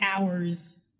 hours